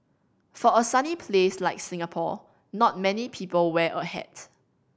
for a sunny place like Singapore not many people wear a hat